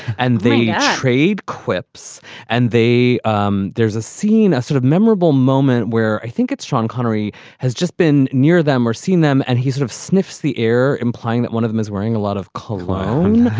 and they trade quips and they um there's a scene, a sort of memorable moment where i think it's sean connery has just been near them or seen them. and he sort of sniffs the air, implying that one of them is wearing a lot of cologne